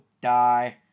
die